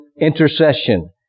intercession